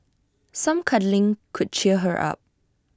some cuddling could cheer her up